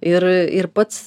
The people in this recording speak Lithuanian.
ir ir pats